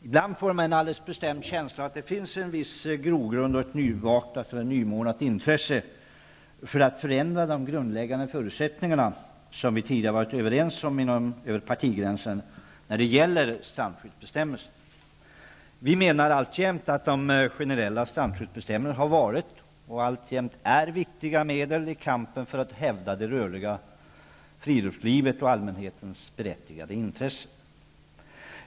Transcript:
Ibland får man en alldeles bestämd känsla av att det finns en viss grogrund och ett nymornat intresse för att förändra de grundläggande förutsättningarna för strandskyddets bestämmelser, som vi tidigare har varit överens om över partigränserna. Vi menar att de generella strandskyddsbestämmelserna har varit och alltjämt är viktiga medel i kampen för att hävda det rörliga friluftslivet och allmänhetens berättigade intressen.